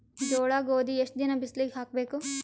ಜೋಳ ಗೋಧಿ ಎಷ್ಟ ದಿನ ಬಿಸಿಲಿಗೆ ಹಾಕ್ಬೇಕು?